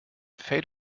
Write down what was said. fate